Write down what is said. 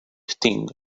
sting